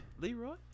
Leroy